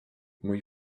mój